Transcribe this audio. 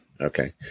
Okay